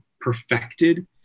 perfected